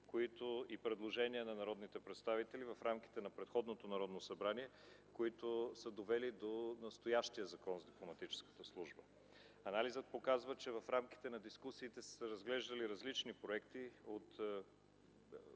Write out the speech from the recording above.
и предложения на народните представители в рамките на предходното Народно събрание, които са довели до настоящия закон. Анализът показа, че в рамките на дискусията са разглеждани различни проекти от